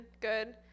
good